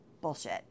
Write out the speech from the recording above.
bullshit